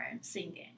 singing